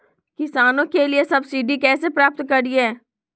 किसानों के लिए सब्सिडी कैसे प्राप्त करिये?